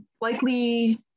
likely